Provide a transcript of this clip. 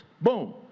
Boom